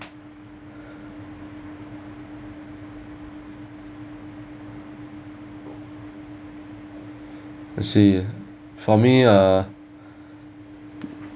I see for me ah